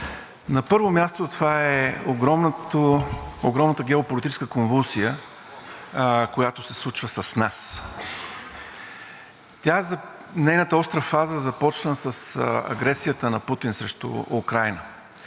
На първо място, това е огромната геополитическа конвулсия, която се случва с нас. Нейната остра фаза започна с агресията на Путин срещу Украйна,